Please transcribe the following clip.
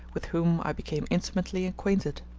with whom i became intimately acquainted.